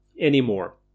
anymore